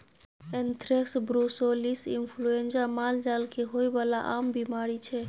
anthrax, brucellosis influenza मालजाल केँ होइ बला आम बीमारी छै